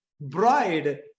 bride